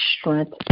strength